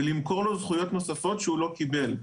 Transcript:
ולמכור לו זכויות נוספות שהוא לא קיבל.